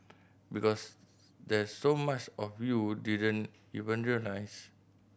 because there's so much of you didn't even realise